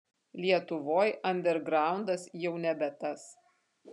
lietuvoj andergraundas jau nebe tas